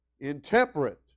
intemperate